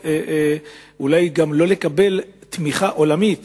אולי, גם לא לקבל תמיכה עולמית